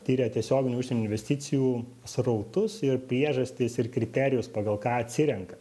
tiria tiesioginių užsienio investicijų srautus ir priežastis ir kriterijus pagal ką atsirenka